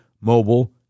Mobile